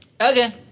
Okay